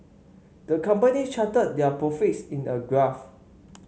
the company charted their profits in a graph